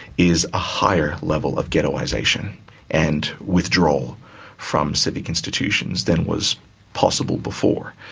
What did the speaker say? is a higher level of ghettoisation and withdrawal from civic institutions than was possible before.